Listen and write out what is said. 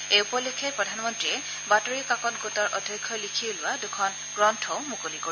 এই উপলক্ষে প্ৰধানমন্ত্ৰীয়ে বাতৰি কাকত গোটৰ অধ্যক্ষই লিখি উলিওৱা দুখন গ্ৰন্থও মুকলি কৰিব